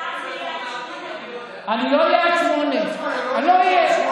מחר זה יהיה עד 20:00. אני לא אהיה עד 20:00. אני לא אהיה.